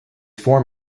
form